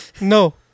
No